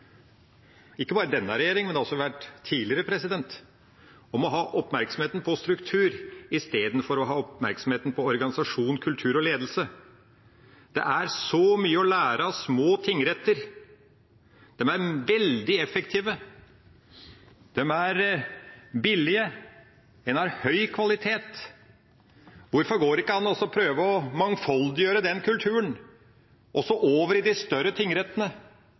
ikke bare denne regjering, men også tidligere, om å ha oppmerksomheten på struktur istedenfor å ha oppmerksomheten på organisasjon, kultur og ledelse. Det er så mye å lære av små tingretter. De er veldig effektive, de er billige, og en har høy kvalitet. Hvorfor går det ikke an å prøve å mangfoldiggjøre den kulturen, også over i de større tingrettene